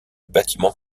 bâtiment